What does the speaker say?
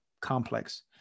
complex